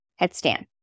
headstand